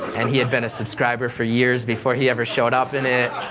and he'd been a subscriber for years before he ever showed up in it.